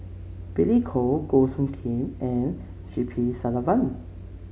Billy Koh Goh Soo Khim and G P Selvam